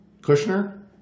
Kushner